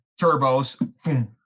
Turbos